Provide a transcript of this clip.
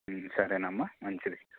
సరేనమ్మా మంచిది